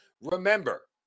Remember